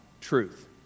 truth